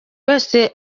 wese